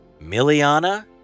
Miliana